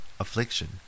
affliction